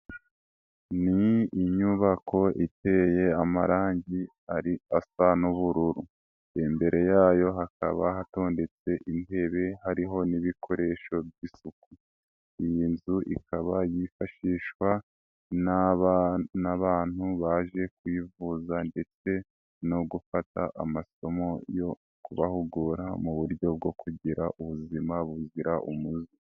Ni inyubako iteye amarangi ari asa n'ubururude, imbere yayo hakaba hatondetse intebe, hariho n'ibikoresho by'isuku, iyi nzu ikaba yifashishwa n'abantu baje kwivuza ndetse no gufata amasomo yo kubahugura mu buryo bwo kugira ubuzima buzira umuze.